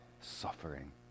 suffering